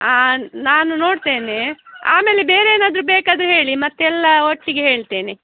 ಹಾಂ ನಾನು ನೋಡ್ತೇನೆ ಆಮೇಲೆ ಬೇರೆ ಏನಾದರು ಬೇಕಾದರೆ ಹೇಳಿ ಮತ್ತೆಲ್ಲ ಒಟ್ಟಿಗೆ ಹೇಳ್ತೇನೆ